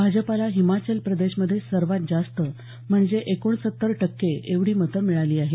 भाजपाला हिमाचल प्रदेश मध्ये सर्वात जास्त म्हणजे एकोणसत्तर टक्के एवढी मतं मिळाली आहेत